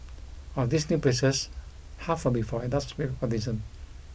of these new places half will be for adults with autism